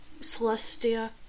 Celestia